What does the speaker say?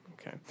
Okay